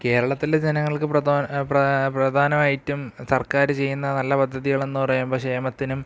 കേരളത്തിലെ ജനങ്ങൾക്കു പ്രധാന പ്രധാന ഐറ്റം സർക്കാർ ചെയ്യുന്ന നല്ല പദ്ധതികളെന്നു പറയുമ്പോൾ ക്ഷേമത്തിനും